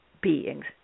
beings